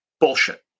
bullshit